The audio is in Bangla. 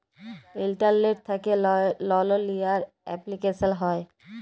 ইলটারলেট্ থ্যাকে লল লিয়ার এপলিকেশল হ্যয়